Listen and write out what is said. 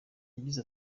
yagize